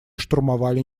штурмовали